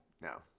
No